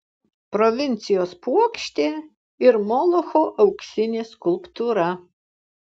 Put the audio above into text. provincijos puokštė ir molocho auksinė skulptūra